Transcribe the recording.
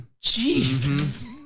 Jesus